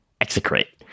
execrate